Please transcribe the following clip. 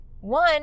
one